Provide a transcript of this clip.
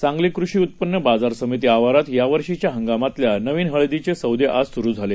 सांगलीकृषीउत्पन्नबाजारसमितीआवारातयावर्षीच्याहंगामातल्यानवीनहळदीचेसौदेआजसुरूझाले